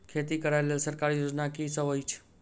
खेती करै लेल सरकारी योजना की सब अछि?